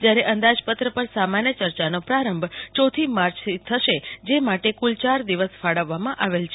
જયારે અંદાજપત્ર પર સામાન્ય ચર્ચાનો પ્રારંભ ચોથી માર્ચથી થશે જે માટે કુલ ચાર દિવસ ફાળવવામાં આવેલ છે